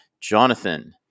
jonathan